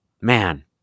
Man